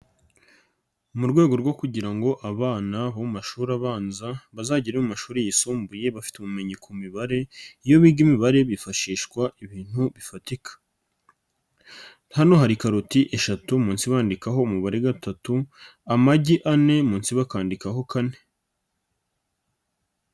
Mu rwego rwo kugira ngo abana bo mu mashuri abanza bazagere mu mashuri yisumbuye bafite ubumenyi ku mibare, iyo biga imibare bifashishwa ibintu bifatika, hano hari karoti eshatu munsi bandikaho umubare gatatu, amagi ane munsi bakandikaho kane.